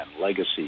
legacy